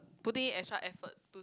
putting it extra effort to